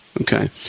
Okay